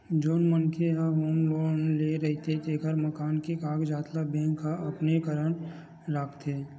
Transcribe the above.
जउन मनखे ह होम लोन ले रहिथे तेखर मकान के कागजात ल बेंक ह अपने करन राखथे